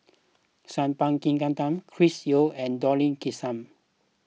Sat Pal Khattar Chris Yeo and Dollah Kassim